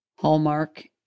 Hallmark